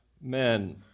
men